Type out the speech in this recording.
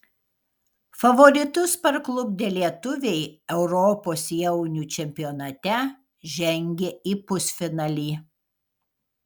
favoritus parklupdę lietuviai europos jaunių čempionate žengė į pusfinalį